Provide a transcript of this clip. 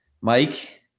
Mike